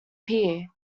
pier